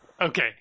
Okay